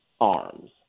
arms